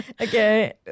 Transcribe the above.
Okay